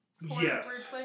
Yes